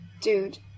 Dude